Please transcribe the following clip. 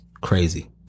Crazy